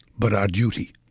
but our duty.